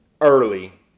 early